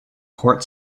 court